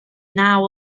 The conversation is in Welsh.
naw